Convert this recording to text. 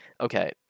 okay